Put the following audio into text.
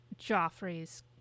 Joffrey's